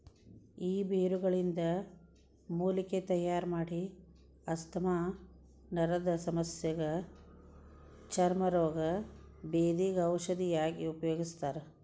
ಈ ಬೇರುಗಳಿಂದ ಮೂಲಿಕೆ ತಯಾರಮಾಡಿ ಆಸ್ತಮಾ ನರದಸಮಸ್ಯಗ ಚರ್ಮ ರೋಗ, ಬೇಧಿಗ ಔಷಧಿಯಾಗಿ ಉಪಯೋಗಿಸ್ತಾರ